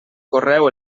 correu